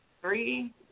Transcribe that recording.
three